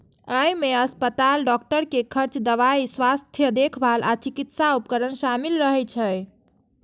अय मे अस्पताल, डॉक्टर के खर्च, दवाइ, स्वास्थ्य देखभाल आ चिकित्सा उपकरण शामिल रहै छै